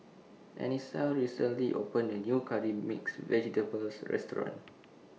Anissa recently opened A New Curry Mixed Vegetables Restaurant